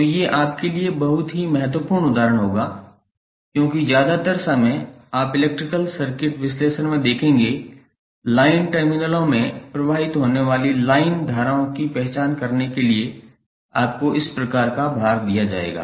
तो ये आपके लिए बहुत ही महत्वपूर्ण उदाहरण होगा क्योंकि ज्यादातर समय आप इलेक्ट्रिकल सर्किट विश्लेषण में देखेंगे लाइन टर्मिनलों में प्रवाहित होने वाली लाइन धाराओं की पहचान करने के लिए आपको इस प्रकार का भार दिया जाएगा